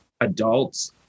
adults